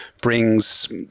Brings